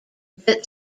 that